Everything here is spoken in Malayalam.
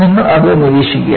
നിങ്ങൾ അത് നിരീക്ഷിക്കുക